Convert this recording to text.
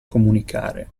comunicare